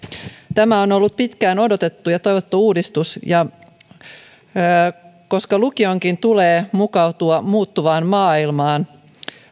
tämä on ollut pitkään odotettu ja toivottu uudistus koska lukionkin tulee mukautua muuttuvaan maailmaan